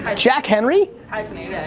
ah jack-henry. i mean and